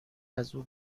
ازاو